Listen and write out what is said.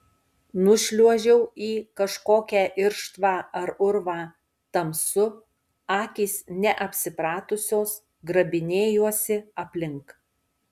nušliuožiau į kažkokią irštvą ar urvą tamsu akys neapsipratusios grabinėjuosi aplink